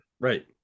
Right